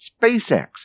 SpaceX